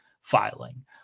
filing